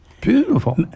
beautiful